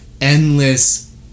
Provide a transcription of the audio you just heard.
endless